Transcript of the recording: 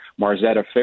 Marzetta